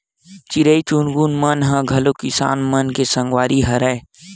चिरई चिरगुन मन ह घलो किसान मन के संगवारी हरय